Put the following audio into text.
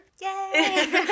Yay